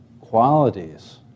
qualities